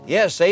Yes